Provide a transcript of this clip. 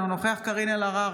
אינו נוכח קארין אלהרר,